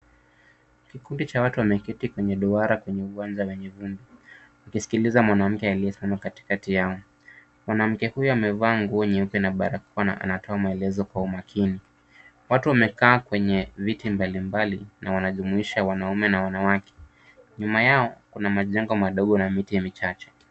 Kikundi cha watu wameketi kwenye duara kwenye uwanja wenye vumbi, wakisikiliza mwanamke aliyesimama katikati yao, mwanamke huyo amevaa nguo nyeupe na barakoa na anatoa maelezo kwa umakini, watu wamekaa kwenye viti mbalimbali na wanajumuisha wanaume na wanawake, nyuma yao kuna majengo madogo na miti michache.